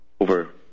over